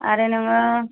आरो नोङो